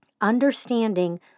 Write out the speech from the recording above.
Understanding